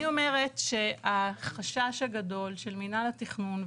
אני אומרת שהחשש הגדול של מינהל התכנון,